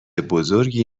بزرگی